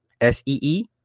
S-E-E